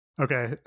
Okay